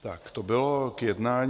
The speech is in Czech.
Tak to bylo k jednání.